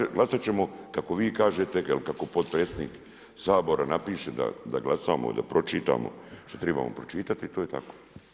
Znači, glasat ćemo kako vi kažete, jel kako potpredsjednik Sabora napiše da glasamo, da pročitamo što trebamo pročitati, to je tako.